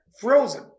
frozen